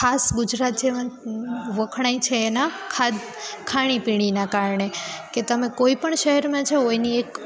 ખાસ ગુજરાતી વખણાય છે એના ખાણી પીણીના કારણે કે તમે કોઈ પણ શહેરમાં જાઓ એની એક